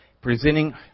presenting